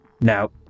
Now